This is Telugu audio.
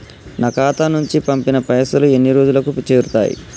నా ఖాతా నుంచి పంపిన పైసలు ఎన్ని రోజులకు చేరుతయ్?